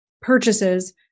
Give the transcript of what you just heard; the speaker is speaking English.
purchases